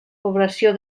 població